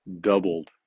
doubled